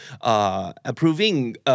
approving